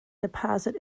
deposit